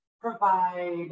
provide